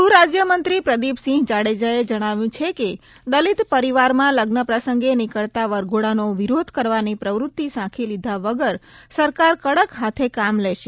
ગૃહ રાજ્યમંત્રી પ્રદિપસિંહ જાડેજાએ જણાવ્યું છે કે દલિત પરિવારમાં લગ્નપ્રસંગે નીકળતા વરઘોડાનો વિરોધ કરવાની પ્રવૃત્તિ સાંખી લીધા વગર સરકાર કડક હાથે કામ લેશે